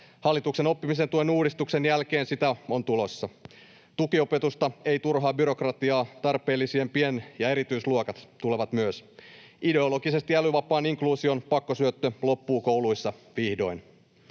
Hallituksen oppimisen tuen uudistuksen jälkeen sitä on tulossa. Tukiopetusta, ei turhaa byrokratiaa, ja tarpeellisien pien- ja erityisluokat tulevat myös. Ideologisesti älyvapaan inkluusion pakkosyöttö loppuu kouluissa vihdoin.